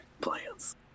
plants